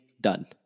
done